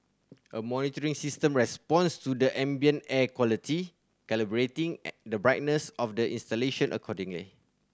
a monitoring system responds to the ambient air quality calibrating the brightness of the installation accordingly